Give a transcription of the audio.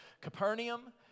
Capernaum